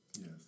Yes